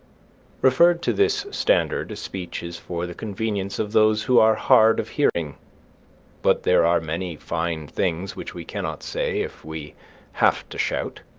referred to this standard, speech is for the convenience of those who are hard of hearing but there are many fine things which we cannot say if we have to shout.